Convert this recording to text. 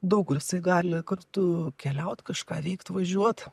daug kur jisai gali kartu keliaut kažką veikt važiuot